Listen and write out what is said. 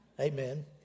Amen